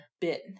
bit